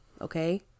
okay